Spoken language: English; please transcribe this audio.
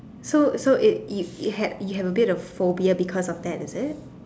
so so it it had you had a bit of phobia because of that is it